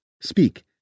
speak